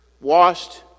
Washed